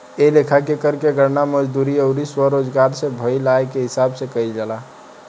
ए लेखा के कर के गणना मजदूरी अउर स्वरोजगार से भईल आय के हिसाब से कईल जाला